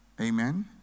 amen